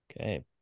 Okay